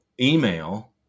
email